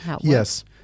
Yes